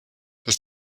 dass